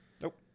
Nope